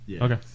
Okay